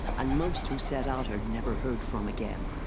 and most who set out are never heard from again.